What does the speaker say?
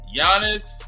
Giannis